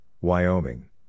Wyoming